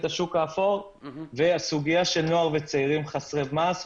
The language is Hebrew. השוק האפור והסוגיה של נוער וצעירים חסרי מעש.